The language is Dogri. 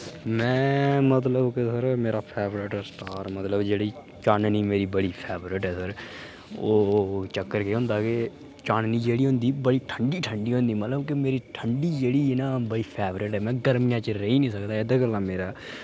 में मतलब कि सर मेरा फेवरेट स्टार मतलब जेह्ड़ी चाननी मेरी बड़ी फेवरेट ऐ सर ओह् चक्कर केह् होंदा कि चाननी जेह्ड़ी होंदी बड़ी ठंडी ठंडी होंदी मतलब कि मेरी ठंडी जेह्ड़ी निं बड़ी फेवरेट ऐ में गर्मियें च रेही नेईं सकदा एह्दे गल्ला मेरा